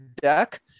deck